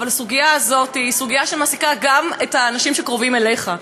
אבל הסוגיה הזאת היא סוגיה שמעסיקה גם את האנשים שקרובים אליך.